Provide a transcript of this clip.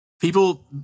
people